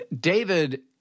David